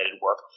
work